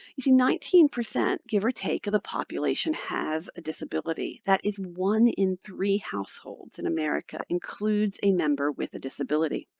you see nineteen, give or take, of the population has a disability. that is one in three households in america includes a member with a disability.